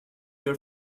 your